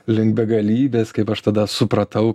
link begalybės kaip aš tada supratau